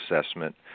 assessment